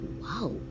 Wow